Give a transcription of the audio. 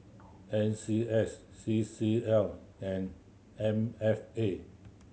N C S C C L and M F A